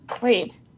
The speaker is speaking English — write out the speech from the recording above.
Wait